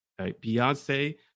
Beyonce